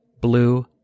blue